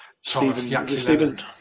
Stephen